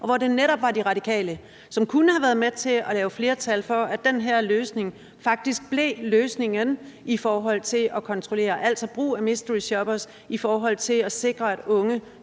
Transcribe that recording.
og hvor det netop var De Radikale, som kunne have været med til, at der var flertal for, at den her løsning faktisk blev løsningen i forhold til at kontrollere alt forbrug af mysteryshoppere og i forhold til at sikre, at unge,